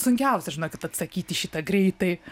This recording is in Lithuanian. sunkiausia žinokit atsakyti į šitą greitai